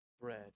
bread